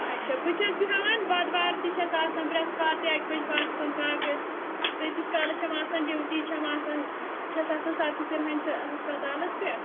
اچھا بہٕ چھَس بیٚہوان بودوار تہِ چھَس آسان برٛٮ۪سوار تہِ اَکہِ بَجہِ پَتھ کُن باقٕے تٔتِس کالَس چھَم آسان ڈیوٗٹی چھَم آسان چھَس آسان سہٕ ہَسپَتالَس پٮ۪ٹھ